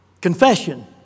Confession